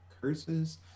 curses